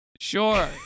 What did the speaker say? Sure